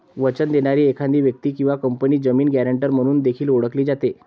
वचन देणारी एखादी व्यक्ती किंवा कंपनी जामीन, गॅरेंटर म्हणून देखील ओळखली जाते